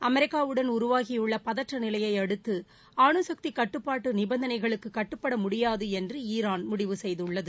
அமெரிக்காவுடன் உருவாகியுள்ள பதற்றநிலையை அடுத்து அணுக்தி கட்டுபாட்டு நிபந்தனைகளுக்கு கட்டுப்பட முடியாது என்றுஈரான் முடிவு செய்துள்ளது